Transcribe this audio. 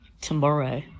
tomorrow